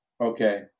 Okay